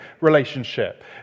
relationship